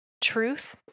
truth